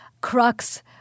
crux